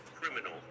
criminal